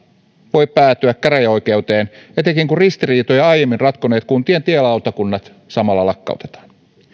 voi päätyä käräjäoikeuteen etenkin kun ristiriitoja aiemmin ratkoneet kuntien tielautakunnat samalla lakkautetaan